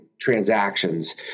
transactions